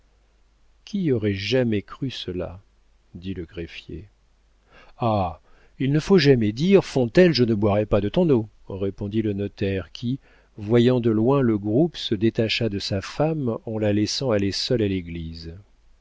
qui aurait jamais cru cela dit le greffier ah il ne faut jamais dire fontaine je ne boirai pas de ton eau répondit le notaire qui voyant de loin le groupe se détacha de sa femme en la laissant aller seule à l'église